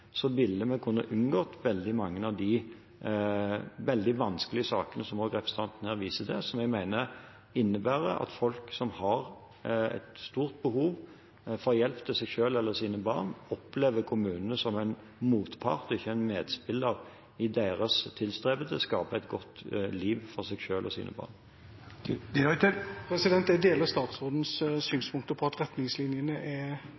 ville vi kunnet unngå mange av de veldig vanskelige sakene som representanten viser til, at folk som har et stort behov for hjelp til seg selv eller sine barn, opplever kommunen som en motpart og ikke en medspiller i sin streben etter å skape et godt liv for seg selv og sine barn. Jeg deler statsrådens synspunkter på at retningslinjene er